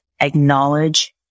acknowledge